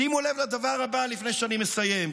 שימו לב לדבר הבא, לפני שאני מסיים.